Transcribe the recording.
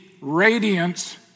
radiance